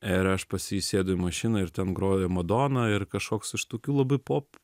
ir aš pas jį įsėdau į mašiną ir ten grojo madona ir kažkoks iš tokių labai pop